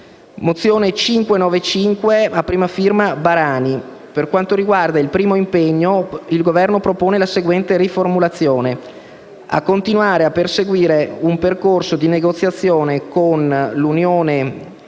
mozione n. 595 a prima firma del senatore Barani, sul primo impegno il Governo propone la seguente riformulazione: «a continuare a perseguire un percorso di negoziazione con l'Unione europea